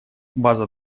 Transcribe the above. база